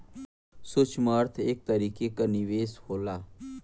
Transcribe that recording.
सूक्ष्म अर्थ एक तरीके क निवेस होला